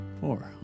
Four